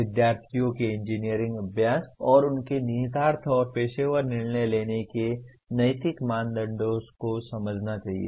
विद्यार्थियों को इंजीनियरिंग अभ्यास और उनके निहितार्थ और पेशेवर निर्णय लेने के नैतिक मानदंडों को समझना चाहिए